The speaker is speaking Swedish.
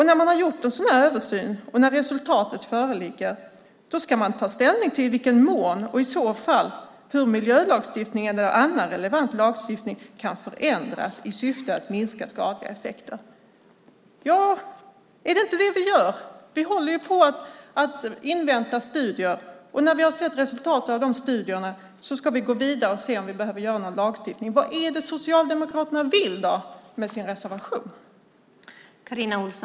När man har gjort en sådan översyn och resultatet föreligger ska man ta ställning i vilken mån och i så fall hur miljölagstiftningen eller annan relevant lagstiftning ska förändras i syfte att minska skadliga effekter. Ja, är det inte det vi gör? Vi håller ju på att invänta studier, och när vi har sett resultatet av dem ska vi gå vidare och se om vi behöver någon ny lagstiftning. Vad är det Socialdemokraterna vill med sin reservation?